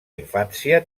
infància